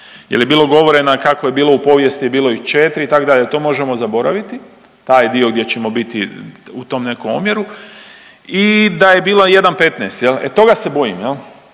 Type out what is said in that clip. Jel je bilo govoreno nam kako je bilo u povijesti je bilo i 4 itd., to možemo zaboraviti, taj dio gdje ćemo biti u tom nekom omjeru i da je bilo 1 15 jel, e toga se bojim